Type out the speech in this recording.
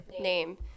name